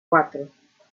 cuatro